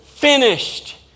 finished